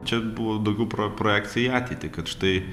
čia buvo daugiau pro projekcija į ateitį kad štai